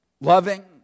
loving